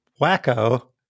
wacko